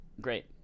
Great